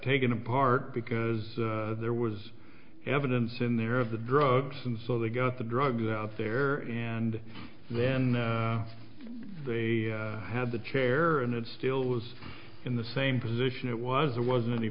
taken apart because there was evidence in there of the drugs and so they got the drugs there and then they had the chair and it still was in the same position it was there wasn't any